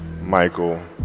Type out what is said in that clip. Michael